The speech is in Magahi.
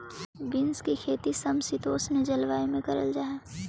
बींस की खेती समशीतोष्ण जलवायु में करल जा हई